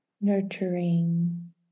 nurturing